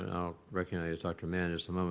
and i'll recognize dr. mann in just um a